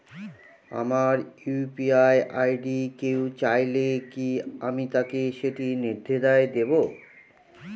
আমার UPI ID কেউ চাইলে কি আমি তাকে সেটি নির্দ্বিধায় দেব?